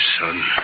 son